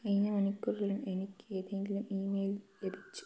കഴിഞ്ഞ മണിക്കൂറിൽ എനിക്കു ഇമെയില് ലഭിച്ചോ